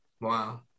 Wow